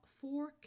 four